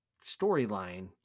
storyline